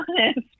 honest